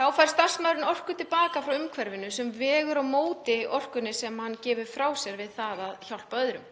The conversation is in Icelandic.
Þá fær starfsmaðurinn orku til baka frá umhverfinu sem vegur á móti orkunni sem hann gaf af sér við það að hjálpa öðrum.